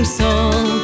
soul